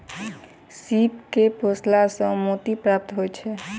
सीप के पोसला सॅ मोती प्राप्त होइत छै